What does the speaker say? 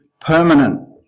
permanent